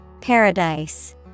Paradise